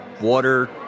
Water